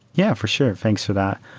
yeah, for sure. thanks to that.